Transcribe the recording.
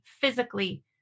physically